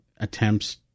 attempts